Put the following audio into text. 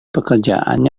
pekerjaan